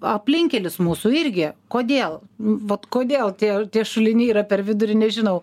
aplinkkelis mūsų irgi kodėl vat kodėl tie tie šuliniai yra per vidurį nežinau